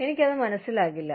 എനിക്കത് മനസ്സിലാകില്ല